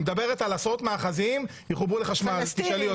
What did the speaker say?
היא מדברת על עשרות מאחזים פלסטינים יחוברו לחשמל.